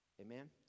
Amen